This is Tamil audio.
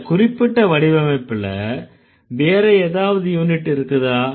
இந்த குறிப்பிட்ட வடிவமைப்புல வேற ஏதாவது யூனிட் இருக்குதா